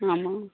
ம் ஆமாம்